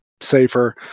safer